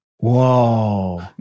Whoa